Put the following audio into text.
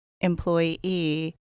employee